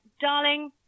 darling